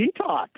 detox